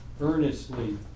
earnestly